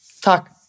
Talk